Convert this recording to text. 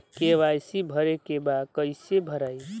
KYC भरे के बा कइसे भराई?